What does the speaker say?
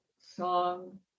song